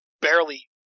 Barely